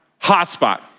hotspot